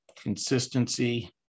consistency